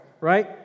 right